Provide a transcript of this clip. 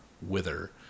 wither